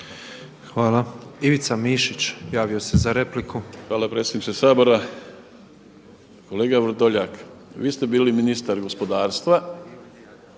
Ivica (Promijenimo Hrvatsku)** Hvala predsjedniče Sabora. Kolega Vrdoljak, vi ste bili ministar gospodarstva,